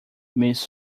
miss